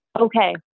okay